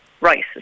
right